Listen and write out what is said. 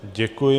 Děkuji.